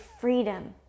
freedom